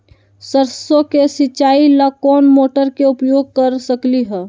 सरसों के सिचाई ला कोंन मोटर के उपयोग कर सकली ह?